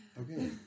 Okay